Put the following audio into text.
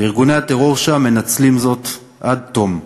וארגוני הטרור שם מנצלים זאת עד תום.